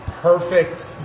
perfect